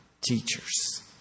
teachers